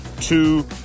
two